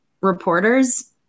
reporters